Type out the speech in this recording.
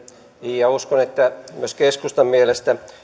ja uskon että myös keskustan mielestä